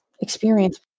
experience